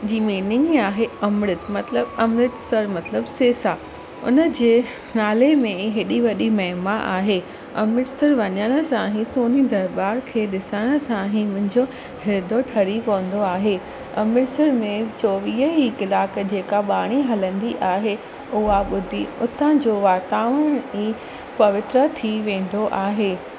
जी meaning ई आहे अमृत मतिलबु अमृतसर मतिलबु सेसा हुनजे नाले में ई हेॾी वॾी महिमा आहे अमृतसर वञण सां ई सोनी दरबार खे ॾिसण सां ई मुंहिंजो हिर्दो ठरी पवंदो आहे अमृतसर में चोवीह ई कलाक जेका ॿाणी हलंदी आहे उहा ॿुधी उतां जो वातावरण ई पवित्र थी वेंदो आहे